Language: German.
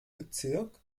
bezirk